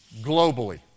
Globally